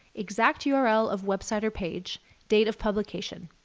exact yeah url of website or page date of publication.